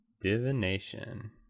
Divination